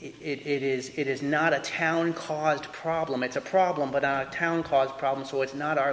it is it is not a town caused problem it's a problem but our town caused problems so it's not our